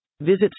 Visit